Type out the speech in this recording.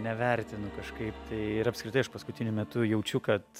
nevertinu kažkaip tai ir apskritai aš paskutiniu metu jaučiu kad